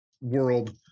world